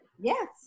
Yes